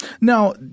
Now